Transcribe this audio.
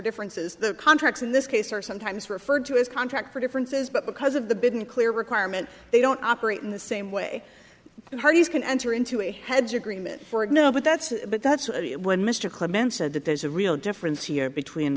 differences the contracts in this case are sometimes referred to as contractor differences but because of the been clear requirement they don't operate in the same way and hardy's can enter into a hedge agreement for it no but that's but that's when mr clement said that there's a real difference here between